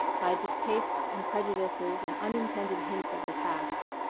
by distastes and prejudices and unintended hints of the past.